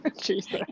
Jesus